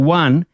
one